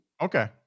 Okay